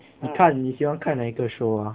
你看你喜欢看哪一个 show ah